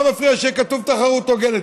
מה מפריע שיהיה כתוב "תחרות הוגנת"?